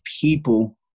people